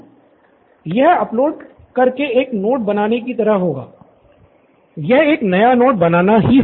student Siddharth यह upload कर के एक नोट बनाने कि तरह ही होगा यह एक नया नोट बनाना ही हुआ